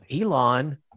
Elon